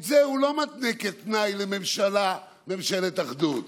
את זה הוא לא מתנה כתנאי לממשלה, ממשלת אחדות.